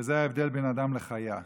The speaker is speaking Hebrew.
וזה ההבדל בן אדם לחיה.